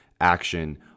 action